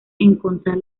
encontrar